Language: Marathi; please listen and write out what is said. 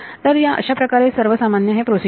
तर या अशा प्रकारे सर्वसामान्य प्रोसिजर आहे